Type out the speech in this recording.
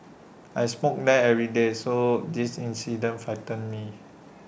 I smoke there every day so this incident frightened me